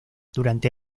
durante